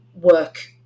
work